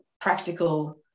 practical